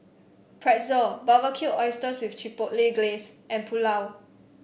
Pretzel Barbecued Oysters with Chipotle Glaze and Pulao